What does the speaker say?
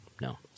No